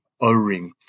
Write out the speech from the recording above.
o-ring